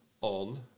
on